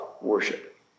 worship